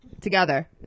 Together